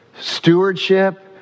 Stewardship